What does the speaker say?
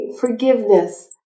forgiveness